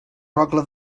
rogle